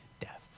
death